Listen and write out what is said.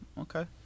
Okay